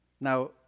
Now